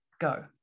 go